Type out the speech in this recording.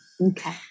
Okay